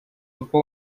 papa